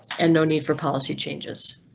and no need for policy changes.